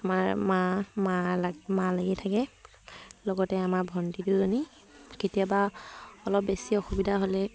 আমাৰ মা মা লাগি মা লাগি থাকে লগতে আমাৰ ভণ্টি দুজানী কেতিয়াবা অলপ বেছি অসুবিধা হ'লে